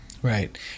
Right